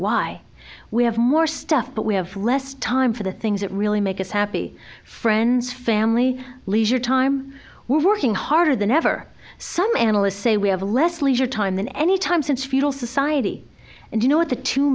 why we have more stuff but we have less time for the things that really make us happy friends family leisure time we're working harder than ever some analysts say we have less leisure time than any time since feudal society and you know what the two